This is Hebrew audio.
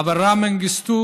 אברה מנגיסטו